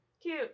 Cute